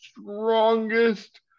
strongest